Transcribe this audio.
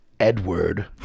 Edward